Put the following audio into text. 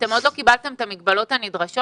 עוד לא קבלתם את המגבלות הנדרשות?